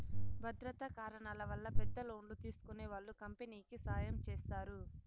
భద్రతా కారణాల వల్ల పెద్ద లోన్లు తీసుకునే వాళ్ళు కంపెనీకి సాయం చేస్తారు